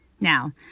Now